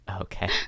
Okay